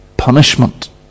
punishment